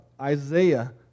Isaiah